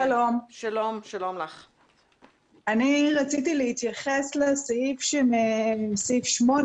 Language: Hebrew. שלום, רציתי להתייחס לסעיף 8,